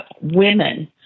women